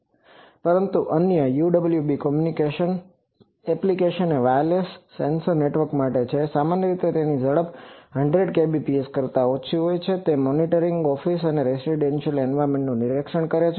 પરંતુ અન્ય UWB communication applications એ વાયરલેસ સેન્સર નેટવર્ક માટે છે સામાન્ય રીતે તેની ઝડપ 100Kbps કરતા ઓછી હોય છેતે મોનીટરીંગ ઓફીસ અને રેસિડેન્સિઅલ એન્વાયર્મેન્ટનું નિરીક્ષણ કરે છે